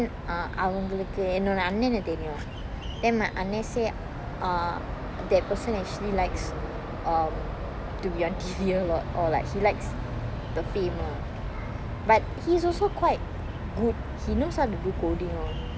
then ah அவங்களுக்கு என்னோட அண்ணன தெரியும்:avangalukku ennoda annana theriyum then my அண்ணன:annan say uh that person actually likes um to be on T_V or he likes the pay more but he's also quite good he knows how to do coding